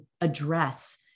address